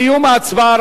בסיום ההצבעה,